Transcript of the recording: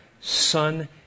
Son